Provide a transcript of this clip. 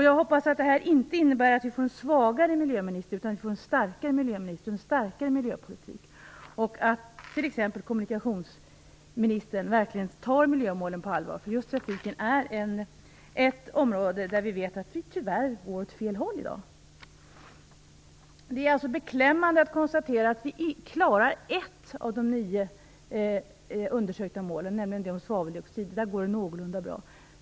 Jag hoppas att detta inte innebär att vi får en svagare miljöminister, utan att vi får en starkare miljöminister, en starkare miljöpolitik och att t.ex. kommunikationsministern verkligen tar miljömålen på allvar. Just trafiken är ett område där vi vet att vi tyvärr går åt fel håll i dag. Det är alltså beklämmande att konstatera att vi klarar ett av de nio undersökta målen, nämligen det om svaveldioxider. Där går det någorlunda bra.